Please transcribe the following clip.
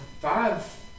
five